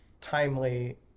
timely